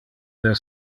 del